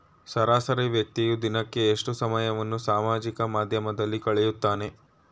ಸರಾಸರಿ ವ್ಯಕ್ತಿಯು ದಿನಕ್ಕೆ ಎಷ್ಟು ಸಮಯವನ್ನು ಸಾಮಾಜಿಕ ಮಾಧ್ಯಮದಲ್ಲಿ ಕಳೆಯುತ್ತಾನೆ?